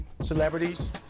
celebrities